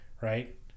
right